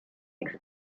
six